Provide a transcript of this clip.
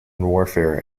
warfare